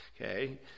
Okay